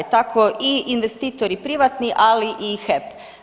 Tako i investitori privatni, ali i HEP.